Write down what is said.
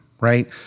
right